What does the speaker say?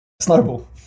Snowball